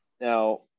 Now